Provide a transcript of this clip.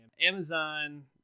Amazon